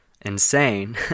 insane